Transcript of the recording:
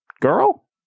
girl